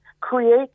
create